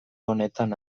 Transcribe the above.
honetan